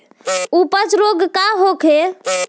अपच रोग का होखे?